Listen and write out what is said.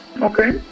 Okay